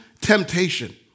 temptation